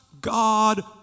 God